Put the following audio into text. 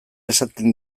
esaten